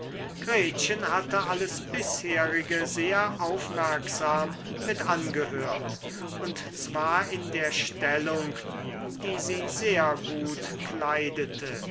gretchen hatte alles bisherige sehr aufmerksam mit angehört und zwar in der stellung die sie sehr gut kleidete